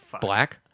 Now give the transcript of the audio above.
black